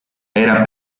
era